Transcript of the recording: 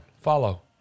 Follow